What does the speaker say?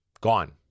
gone